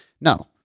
No